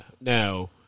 Now